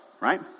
right